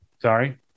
Sorry